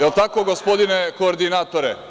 Da li je tako gospodine, koordinatore?